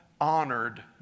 honored